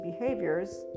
behaviors